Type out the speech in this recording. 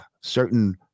certain